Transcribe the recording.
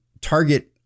target